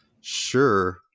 Sure